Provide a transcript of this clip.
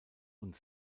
und